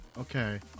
Okay